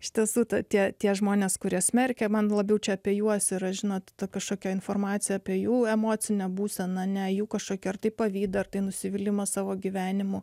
iš tiesų tie tie žmonės kurie smerkia man labiau čia apie juos yra žinot ta kažkokia informacija apie jų emocinę būseną ne jų kažkokia ar tai pavydas tai nusivylimas savo gyvenimu